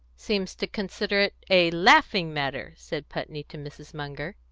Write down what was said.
seems to consider it a laughing matter, said putney to mrs. munger.